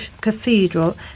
Cathedral